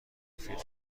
مفید